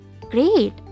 great